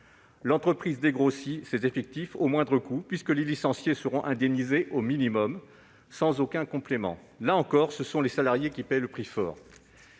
L'entreprise réduit ses effectifs à moindre coût puisque les licenciés sont indemnisés au minimum, sans aucun complément. Et encore une fois, ce sont les salariés qui paient le prix fort.